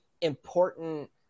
important